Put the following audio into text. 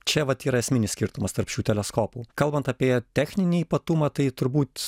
čia vat yra esminis skirtumas tarp šių teleskopų kalbant apie techninį ypatumą tai turbūt